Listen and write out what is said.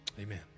Amen